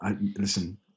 Listen